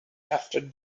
after